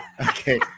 Okay